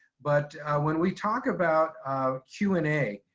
but when we talk about q and a,